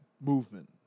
movement